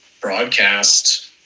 broadcast